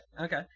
okay